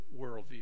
worldview—